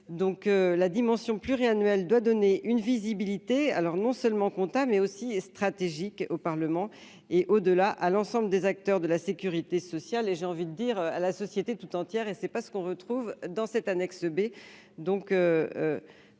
donc la dimension pluriannuelle doit donner une visibilité, alors non seulement comptable mais aussi, et stratégique au Parlement, et au-delà à l'ensemble des acteurs de la sécurité sociale et j'ai envie de dire à la société toute entière et c'est pas ce qu'on veut. Trouve dans cette annexe B